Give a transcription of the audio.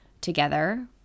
together